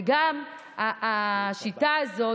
וגם השיטה הזאת,